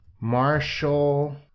Marshall